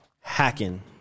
hacking